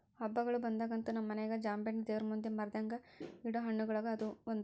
ಹಬ್ಬಗಳು ಬಂದಾಗಂತೂ ನಮ್ಮ ಮನೆಗ ಜಾಂಬೆಣ್ಣು ದೇವರಮುಂದೆ ಮರೆದಂಗ ಇಡೊ ಹಣ್ಣುಗಳುಗ ಅದು ಒಂದು